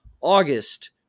August